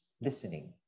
listening